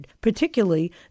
particularly